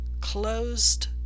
closed